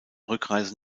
rückreise